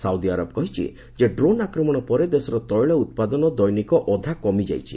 Saudi Arab କହିଛି ଯେ drone ଆକ୍ରମଣ ପରେ ଦେଶର ତେିଳ ଉତ୍ପାଦନ ଦୈନିକ ଅଧା କମିଯାଇଛି